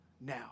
now